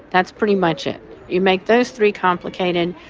that's pretty much it you make those three complicated,